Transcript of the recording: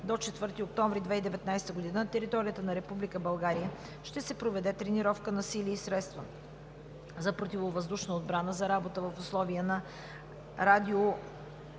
до 4 октомври 2019 г. на територията на Република България ще се проведе тренировка на сили и средства за противовъздушна отбрана, за работа в условия на